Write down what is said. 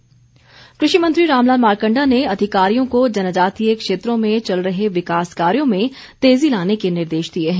मारकंडा कृषि मंत्री रामलाल मारकंडा ने अधिकारियों को जनजातीय क्षेत्रों में चल रहे विकास कार्यों में तेज़ी लाने के निर्देश दिए हैं